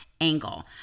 angle